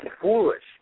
Foolish